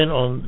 on